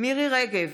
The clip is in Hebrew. מירי מרים רגב,